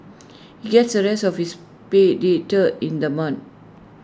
he gets the rest of his pay later in the month